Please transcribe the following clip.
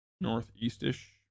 northeast-ish